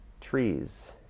trees